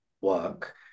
work